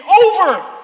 over